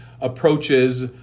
approaches